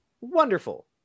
wonderful